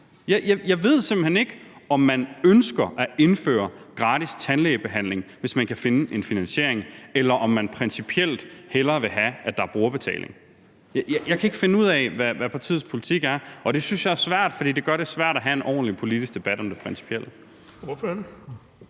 Jeg ved simpelt hen ikke, om man ønsker at indføre gratis tandlægebehandling, hvis man kan finde en finansiering, eller om man principielt hellere vil have, at der er brugerbetaling. Jeg kan ikke finde ud af, hvad partiets politik er; jeg synes, det er svært at finde ud af, og det gør det svært at have en ordentlig politisk debat om det principielle.